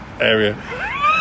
area